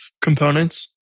components